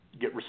get